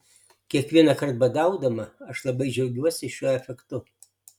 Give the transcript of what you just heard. kiekvienąkart badaudama aš labai džiaugiuosi šiuo efektu